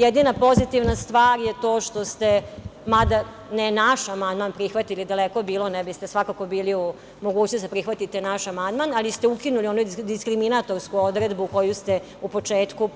Jedina pozitivna stvar je to što ste, mada ne naš amandman prihvatili, daleko bilo, ne biste svakako bili u mogućnosti da prihvatite naš amandman, ali ste ukinuli onu diskriminatorsku odredbu koju ste u početku